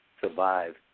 survive